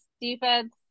defense